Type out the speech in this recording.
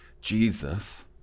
Jesus